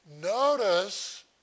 Notice